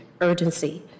urgency